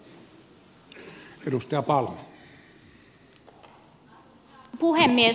arvoisa puhemies